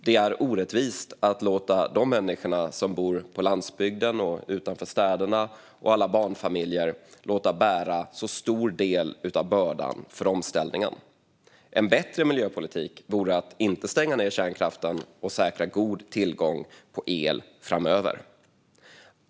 Det är orättvist att låta dem som bor utanför städerna och på landsbygden bära en så stor del av bördan för omställningen. En bättre miljöpolitik vore att inte stänga ned kärnkraften och säkra god tillgång på el framöver.